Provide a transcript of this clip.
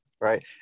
right